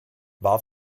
war